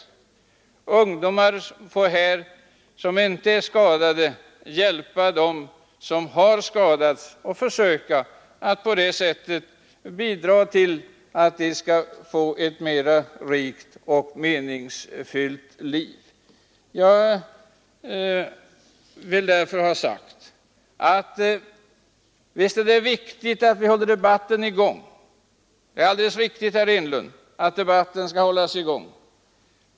Ungdomar som inte är skadade får hjälpa dem som har skadats och på det sättet försöka bidra till att de skall få ett mera rikt och meningsfyllt liv. Det är alldeles riktigt, herr Enlund, att debatten skall hållas i gång.